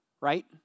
right